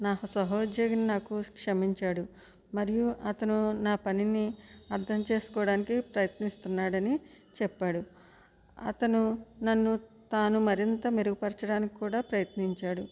నాకు సహోద్యోగిని నాకు క్షమించాడు మరియు అతను నా పనిని అర్థం చేసుకోవడానికి ప్రయత్నిస్తున్నాడని చెప్పాడు అతను నన్ను తాను మరింత మెరుగుపరచడానికి కూడా ప్రయత్నించాడు